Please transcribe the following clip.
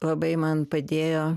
labai man padėjo